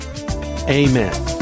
Amen